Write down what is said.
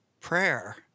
prayer